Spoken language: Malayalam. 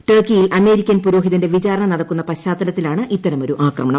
ടർക്കിയിൽ അമേരിക്കൻ പുരോഹിതന്റെ വിചാരണ നടക്കുന്ന പശ്ചാത്തലത്തിലാണ് ഇത്തരമൊരു ആക്രമണം